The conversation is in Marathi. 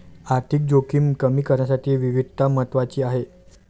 आर्थिक जोखीम कमी करण्यासाठी विविधता महत्वाची आहे